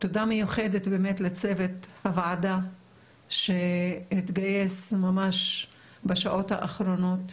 תודה מיוחדת באמת לצוות הוועדה שהתגייס ממש בשעות האחרונות,